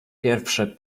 pierwsze